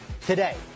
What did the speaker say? today